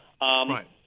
Right